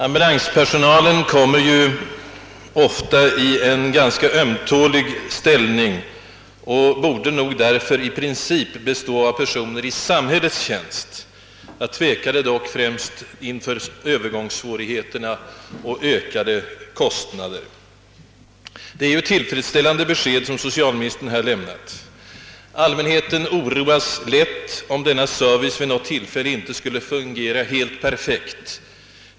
Ambulanspersonalen kommer ju ofta i en ganska ömtålig ställning och borde nog därför i princip bestå av personer i samhällets tjänst. Jag tvekade dock, främst inför övergångssvårigheterna och ökade kostnader. Det är ett tillfredsställande besked som socialministern har lämnat. Allmänheten oroas lätt om denna sjuktransportservice vid något tillfälle anses inte fungera helt perfekt.